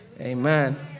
Amen